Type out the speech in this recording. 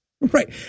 Right